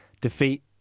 defeat